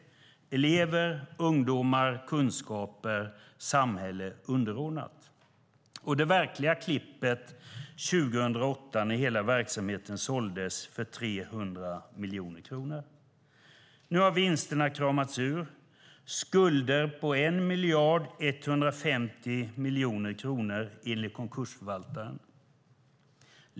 Elever, ungdomar, kunskaper och samhälle var underordnat. Det verkliga klippet skedde 2008 när hela verksamheten såldes för 300 miljoner kronor. Nu har vinsterna kramats ur. Skulderna är på 1 150 miljoner kronor enligt konkursförvaltaren.